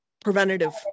preventative